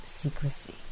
secrecy